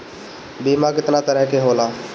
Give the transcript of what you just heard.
बीमा केतना तरह के होला?